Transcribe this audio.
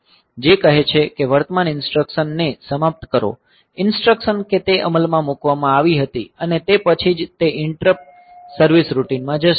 જે કહે છે કે વર્તમાન ઇન્સટ્રકસન ને સમાપ્ત કરો ઇન્સટ્રકસન કે તે અમલમાં મુકવામાં આવી હતી અને તે પછી જ તે ઈંટરપ્ટ સર્વિસ રૂટીન માં જશે